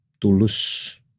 tulus